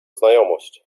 znajomość